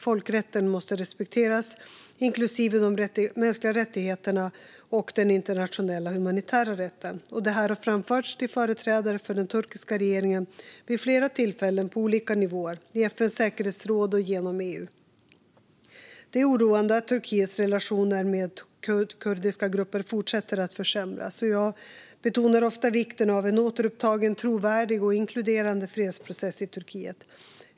Folkrätten måste respekteras, inklusive de mänskliga rättigheterna och den internationella humanitära rätten. Det har framförts till företrädare för den turkiska regeringen vid flera tillfällen på olika nivåer, i FN:s säkerhetsråd och genom EU. Det är oroande att Turkiets relationer med kurdiska grupper fortsätter att försämras. Jag betonar ofta vikten av en återupptagen, trovärdig och inkluderande fredsprocess i Turkiet.